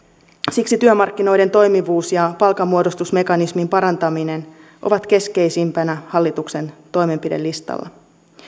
siksi työmarkkinoiden toimivuus ja palkanmuodostusmekanismin parantaminen ovat keskeisimpänä hallituksen toimenpidelistalla